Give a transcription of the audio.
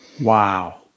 Wow